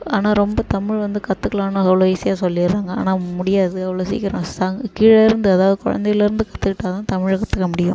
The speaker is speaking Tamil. ஆனால் ரொம்ப தமிழ் வந்து கற்றுக்கலானு அவ்வளோ ஈஸியாக சொல்லிட்டுறாங்க ஆனால் முடியாது அவ்வளோ சீக்கிரம் சா கீழே இருந்து அதாவது குழந்தையிலருந்து கற்றுக்கிட்டா தான் தமிழை கற்றுக்க முடியும்